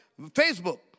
Facebook